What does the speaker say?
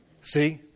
See